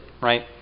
right